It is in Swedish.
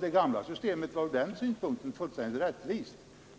Det gamla systemet var ur den synpunkten fullständigt rättvist.